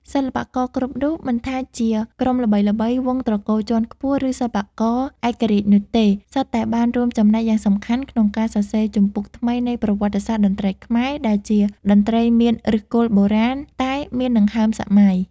សិល្បករគ្រប់រូបមិនថាជាក្រុមល្បីៗ វង្សត្រកូលជាន់ខ្ពស់ ឬសិល្បករឯករាជ្យនោះទេ សុទ្ធតែបានរួមចំណែកយ៉ាងសំខាន់ក្នុងការសរសេរជំពូកថ្មីនៃប្រវត្តិសាស្ត្រតន្ត្រីខ្មែរ ដែលជាតន្ត្រីមាន ឫសគល់បុរាណ តែមានដង្ហើមសម័យ ។